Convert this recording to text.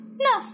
No